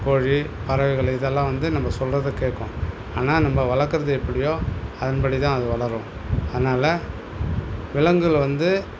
கோழி பறவைகள் இதெல்லாம் வந்து நம்ம சொல்கிறத கேட்கும் ஆனால் நம்ம வளர்க்குறது எப்படியோ அதன்படி தான் அது வளரும் அதனால விலங்குகள் வந்து